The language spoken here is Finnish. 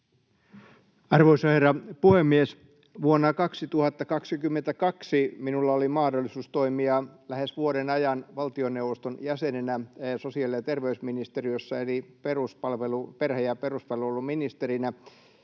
Arvoisa herra puhemies! Vuonna 2022 minulla oli mahdollisuus toimia lähes vuoden ajan valtioneuvoston jäsenenä sosiaali- ja terveysministeriössä, eli perhe- ja peruspalveluministerinä.